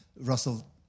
Russell